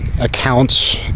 accounts